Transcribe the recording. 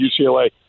UCLA